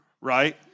right